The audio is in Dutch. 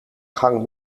gang